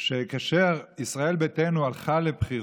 שכאשר ישראל ביתנו הלכה לבחירות,